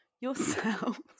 yourselves